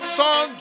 song